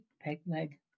Pegleg